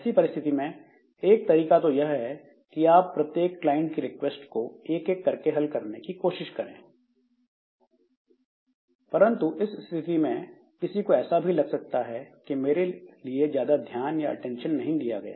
ऐसी परिस्थिति में एक तरीका तो यह है कि आप प्रत्येक क्लाइंट की रिक्वेस्ट को एक एक कर हल करने की कोशिश करें परंतु इस स्थिति में किसी को ऐसा भी लग सकता है कि मेरे लिए ज्यादा ध्यान या अटेंशन नहीं दिया गया